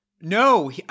no